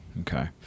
Okay